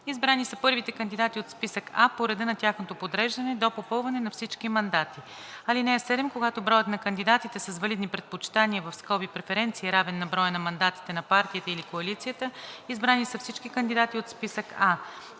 избрани са първите кандидати от списък А по реда на тяхното подреждане до попълване на всички мандати. (7) Когато броят на кандидатите с валидни предпочитания (преференции) е равен на броя на мандатите на партията или коалицията, избрани са всички кандидати от списък А.“